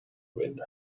with